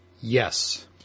Yes